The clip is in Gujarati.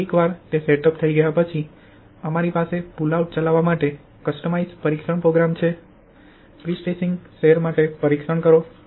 તેથી એકવાર તે સેટઅપ થઈ ગયા પછી અમારી પાસે પુલ આઉટ ચલાવવા માટે કસ્ટમાઇઝ્ડ પરીક્ષણ પ્રોગ્રામ છે પ્રેસ્ટ્રેસ્સિંગ સેર માટે પરીક્ષણ કરો